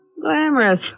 Glamorous